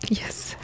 Yes